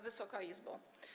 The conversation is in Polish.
Wysoka Izbo!